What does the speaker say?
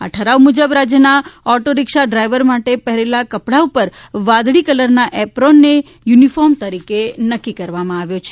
આ ઠરાવ મુજબ રાજ્યના ઓટો રીક્ષા ડ્રાઈવર માટે પહેરેલા કપડાને ઉપર વાદળી કલરના એપ્રનને યુનિફોર્મ તરીકે નક્કી કરવામાં આવે છે